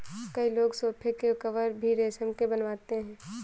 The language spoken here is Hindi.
कई लोग सोफ़े के कवर भी रेशम के बनवाते हैं